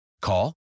Call